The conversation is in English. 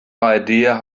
idea